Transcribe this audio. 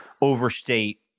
overstate